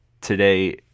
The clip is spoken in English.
today